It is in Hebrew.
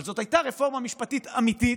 אבל זאת הייתה רפורמה משפטית אמיתית,